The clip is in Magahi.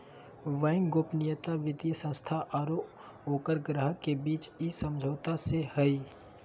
बैंक गोपनीयता वित्तीय संस्था आरो ओकर ग्राहक के बीच इ समझौता से हइ